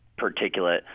particulate